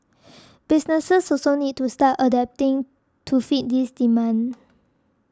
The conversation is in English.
businesses also need to start adapting to fit this demand